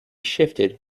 shifted